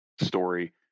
story